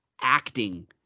Acting